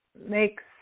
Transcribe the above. makes